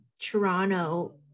Toronto